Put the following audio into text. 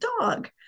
dog